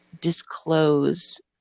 disclose